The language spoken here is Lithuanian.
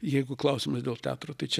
jeigu klausimai dėl teatro tai čia